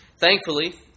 Thankfully